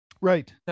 Right